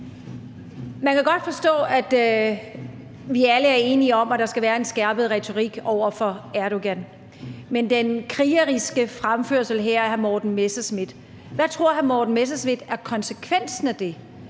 Man kan godt forstå, at vi alle er enige om, at der skal være en skærpet retorik over for Erdogan, men i forhold til den krigeriske fremførelse her af hr. Morten Messerschmidt: Hvad tror hr. Morten Messerschmidt er konsekvensen af det,